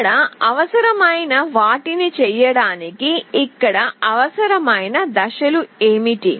ఇక్కడ అవసరమైన వాటిని చేయడానికి ఇక్కడ అవసరమైన దశలు ఏమిటి